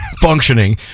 functioning